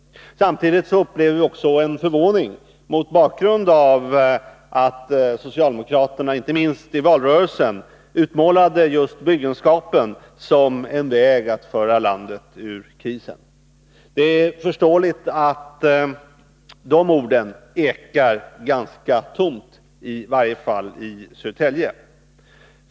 Samtidigt upplever vi också förvåning mot bakgrund av att socialdemokraterna, inte minst i valrörelsen, utmålat just byggenskapen som något som skulle kunna föra landet ur krisen. Det är förståeligt att de orden ekar ganska tomt, i varje fall i Södertälje.